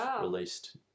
released